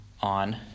on